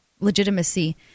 legitimacy